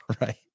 Right